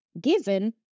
given